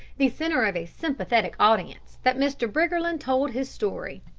the centre of a sympathetic audience, that mr. briggerland told his story.